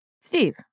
Steve